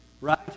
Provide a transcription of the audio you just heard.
Right